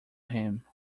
him